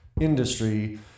industry